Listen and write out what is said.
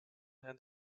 and